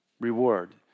reward